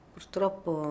Purtroppo